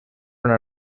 una